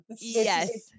Yes